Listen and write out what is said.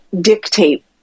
dictate